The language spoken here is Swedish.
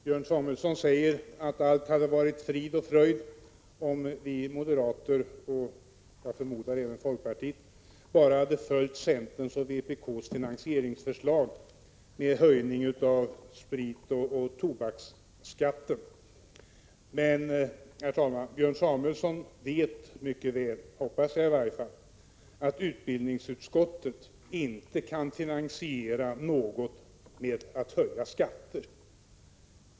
Herr talman! Björn Samuelson säger att allt hade varit frid och fröjd om vi moderater, och jag förmodar även folkpartiet, bara hade följt centerns och vpk:s finansieringsförslag om en höjning av spritoch tobaksskatten. Men, herr talman, Björn Samuelson vet mycket väl— jag hoppas det i varje fall — att viiutbildningsutskottet inte kan finansiera något genom att höja skatter.